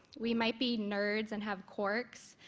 we might be nerds and have quarks,